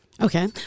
Okay